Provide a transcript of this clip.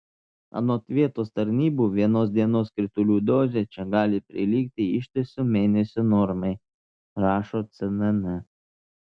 anot vietos tarnybų vienos dienos kritulių dozė čia gali prilygti ištiso mėnesio normai rašo cnn